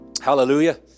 Hallelujah